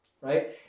right